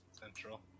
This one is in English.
central